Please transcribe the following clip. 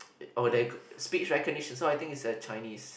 oh there could speech recognition so I think it's a Chinese